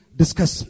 discuss